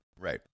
Right